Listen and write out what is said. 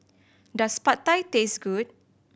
does Pad Thai taste good